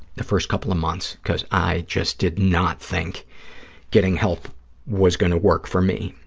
the first couple of months because i just did not think getting help was going to work for me.